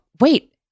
wait